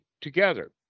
together